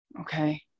okay